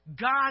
God